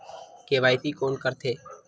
KYC कोन करथे?